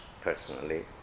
personally